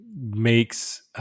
makes